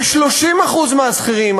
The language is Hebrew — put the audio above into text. ו-30% מהשכירים,